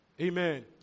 Amen